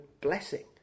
blessing